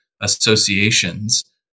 associations